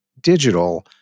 digital